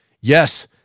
Yes